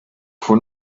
for